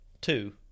two